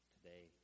Today